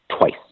twice